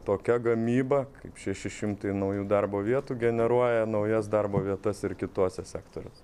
tokia gamyba kaip šeši šimtai naujų darbo vietų generuoja naujas darbo vietas ir kituose sektoriuose